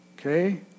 okay